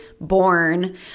born